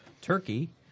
Turkey